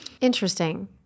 Interesting